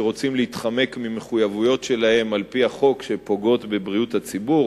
שרוצים להתחמק ממחויבויות שלהם על-פי החוק ופוגעים בבריאות הציבור,